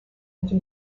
into